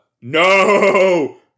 no